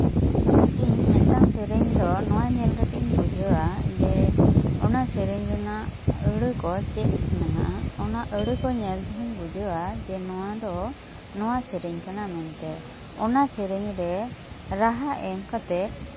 ᱤᱧ ᱢᱤᱫᱴᱟᱝ ᱥᱮᱨᱮᱧ ᱫᱚ ᱱᱚᱣᱟ ᱧᱮᱞ ᱠᱟᱛᱮᱜ ᱤᱧ ᱵᱩᱡᱷᱟᱹᱣᱟ ᱡᱮ ᱚᱱᱟ ᱥᱮᱨᱮᱧ ᱨᱮᱱᱟᱜ ᱟᱹᱲᱟᱹ ᱠᱚ ᱪᱮᱫ ᱢᱮᱱᱟᱜᱼᱟ ᱚᱱᱟ ᱟᱲᱟᱹ ᱠᱚ ᱧᱮᱞ ᱛᱮᱦᱚᱧ ᱵᱩᱷᱟᱹᱣᱟ ᱡᱮ ᱱᱚᱣᱟ ᱫᱚ ᱱᱚᱣᱟ ᱥᱮᱨᱮᱧ ᱠᱟᱱᱟ ᱢᱮᱱᱛᱮ ᱚᱱᱟ ᱥᱮᱨᱮᱧ ᱨᱮ ᱨᱟᱦᱟ ᱮᱢ ᱠᱟᱛᱮᱜ